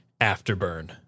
Afterburn